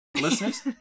Listeners